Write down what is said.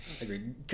Agreed